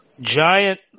giant